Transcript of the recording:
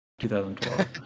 2012